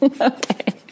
Okay